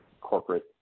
corporate